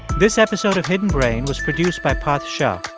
this episode of hidden brain was produced by parth shah.